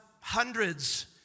hundreds